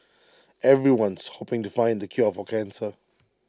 everyone's hoping to find the cure for cancer